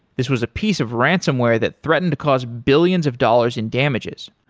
this was a piece of ransomware that threatened to cause billions of dollars in damages.